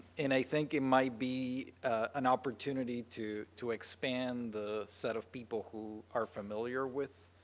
and i think it may be an opportunity to to expand the set of people who are familiar with